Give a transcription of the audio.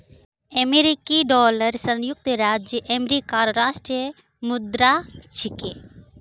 अमेरिकी डॉलर संयुक्त राज्य अमेरिकार राष्ट्रीय मुद्रा छिके